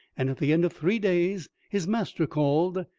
and at the end of three days his master called,